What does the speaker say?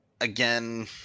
again